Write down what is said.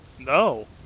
No